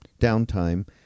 downtime